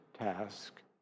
task